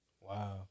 Wow